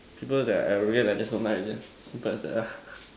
people that I really like just don't like yeah cause they are